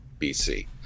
bc